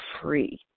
free